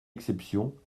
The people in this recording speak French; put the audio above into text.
exception